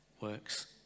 works